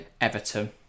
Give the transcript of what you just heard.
Everton